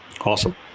Awesome